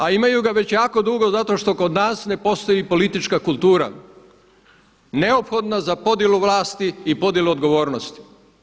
A imaju ga već jako dugo zato što kod nas ne postoji politička kultura neophodna za podjelu vlasti i podjelu odgovornosti.